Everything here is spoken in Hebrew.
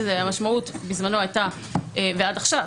שהמשמעות בזמנו הייתה ועד עכשיו